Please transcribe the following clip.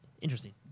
Interesting